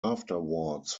afterwards